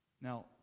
now